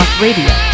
Radio